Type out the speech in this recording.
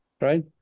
right